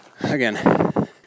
again